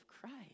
Christ